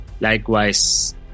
Likewise